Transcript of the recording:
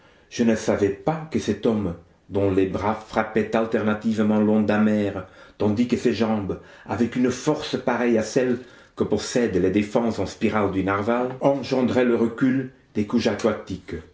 je ne savais pas que cet homme dont les bras frappaient alternativement l'onde amère tandis que ses jambes avec une force pareille à celle que possèdent les défenses en spirale du narval engendraient le recul des couches